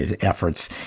efforts